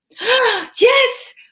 yes